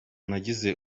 nagize